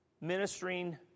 ministering